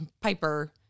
Piper